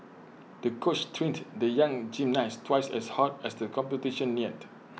the coach trained the young gymnast twice as hard as the competition neared